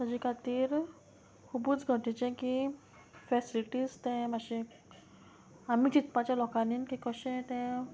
ताजे खातीर खुबूच गजेचें की फेसिलिटीज ते मातशे आमी चिंतपाच्या लोकांनी की कशें तें